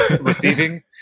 receiving